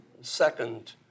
second